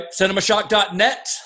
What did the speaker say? cinemashock.net